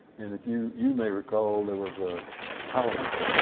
and if you you may recall there was a columnist